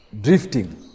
Drifting